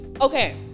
Okay